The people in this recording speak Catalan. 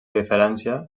diferència